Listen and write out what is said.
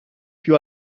più